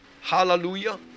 Hallelujah